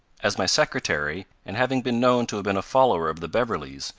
as my secretary, and having been known to have been a follower of the beverleys,